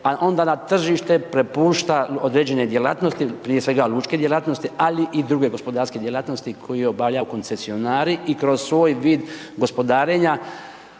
onda na tržište prepušta određene djelatnosti, prije svega lučke djelatnosti, ali i druge gospodarske djelatnosti koje obavljaju koncesionari i kroz svoj vid gospodarenja,